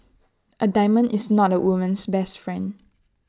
A diamond is not A woman's best friend